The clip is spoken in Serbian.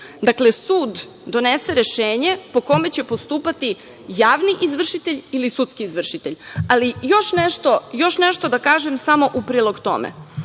Dakle, sud donese rešenje po kome će postupati javni izvršitelj ili sudski izvršitelj. Još nešto da kažem samo u prilog tome.